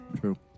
True